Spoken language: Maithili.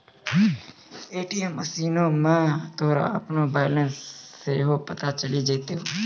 ए.टी.एम मशीनो मे तोरा अपनो बैलेंस सेहो पता चलि जैतै